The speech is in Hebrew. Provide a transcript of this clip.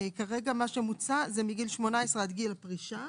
כרגע מוצע מגיל 18 עד גיל הפרישה,